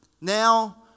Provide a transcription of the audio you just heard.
Now